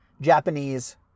Japanese